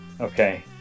Okay